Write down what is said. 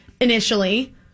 initially